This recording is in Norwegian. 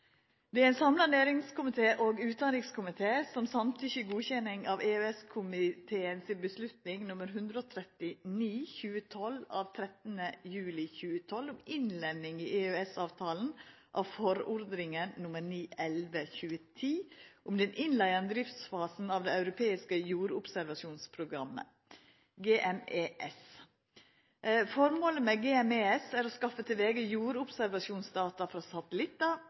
Det er ein samla næringskomité og utanrikskomité som samtykkjer til godkjenning av EØS-komiteen si avgjerd nr. 139/2012 av 13. juli 2012 om innlemming i EØS-avtalen av forordning nr. 911/2010 om den innleiande driftsfasen av det europeiske jordobservasjonsprogrammet, GMES. Formålet med GMES er å skaffa til vege jordobservasjonsdata frå